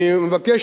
אני מבקש,